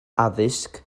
addysg